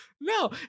No